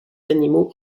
animaux